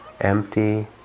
Empty